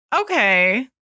okay